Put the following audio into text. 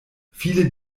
viele